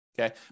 okay